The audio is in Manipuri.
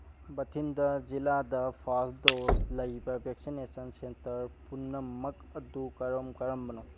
ꯕꯊꯤꯟꯗꯥ ꯖꯤꯂꯥꯗ ꯐꯥꯔꯁ ꯗꯣꯁ ꯂꯩꯕ ꯚꯦꯛꯁꯤꯅꯦꯁꯟ ꯁꯦꯟꯇꯔ ꯄꯨꯟꯅꯃꯛ ꯑꯗꯨ ꯀꯔꯝ ꯀꯔꯝꯕꯅꯣ